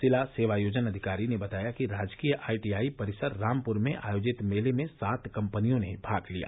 जिला सेवायोजन अधिकारी ने बताया कि राजकीय आई टीआई परिसर रामपुर में आयोजित मेले में सात कम्पनियों ने भाग लिया